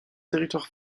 territoire